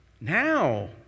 Now